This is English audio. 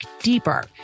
deeper